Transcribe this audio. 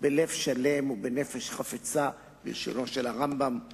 בלב שלם ובנפש חפצה, בלשונו של הרמב"ם זצ"ל,